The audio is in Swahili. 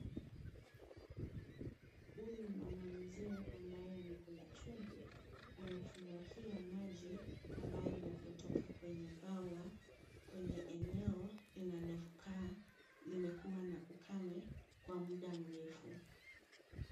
Huyu mama mzee ambaye amekula chumvi, anafurahia maji ambalo linalotoka kwenye bwawa kwenye eneo inalokaa limekuwa na ukame kwa muda mrefu.